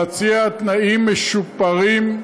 ולהציע תנאים משופרים,